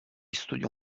studio